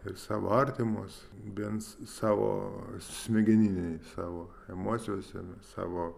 ir savo artimus bent savo smegeninėj savo emocijose savo